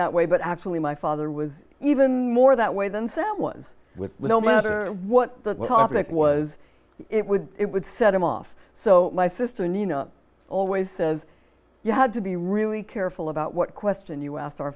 that way but actually my father was even more that way than sam was with no matter what the topic was it would it would set him off so my sister nina always says you had to be really careful about what question you asked our